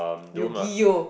yugioh